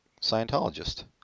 Scientologist